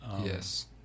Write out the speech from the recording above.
yes